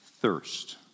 thirst